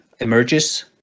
emerges